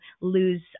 lose